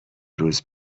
روز